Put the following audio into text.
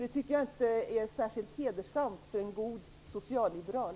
Det tycker jag inte är särskilt hedersamt för en god socialliberal.